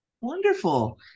Wonderful